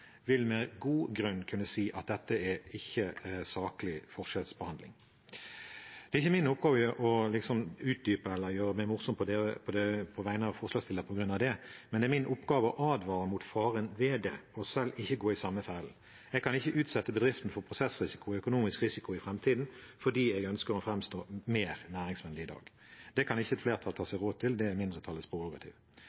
med god grunn vil kunne si at dette ikke er saklig forskjellsbehandling. Det er ikke min oppgave å utdype eller gjøre meg morsom på vegne av forslagsstiller på grunn av det, men det er min oppgave å advare mot faren ved det og selv ikke gå i samme fellen. Jeg kan ikke utsette bedriften for prosessrisiko eller økonomisk risiko i framtiden fordi jeg ønsker å framstå mer næringsvennlig i dag. Det kan ikke et flertall ta